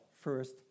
first